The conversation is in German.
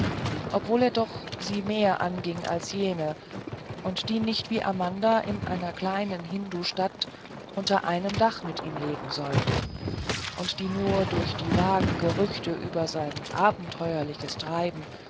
obwohl er doch sie mehr anging als jene die nicht wie amanda in einer kleinen hindustadt unter einem dach mit ihm leben sollten und die nur durch die vagen gerüchte über sein abenteuerliches treiben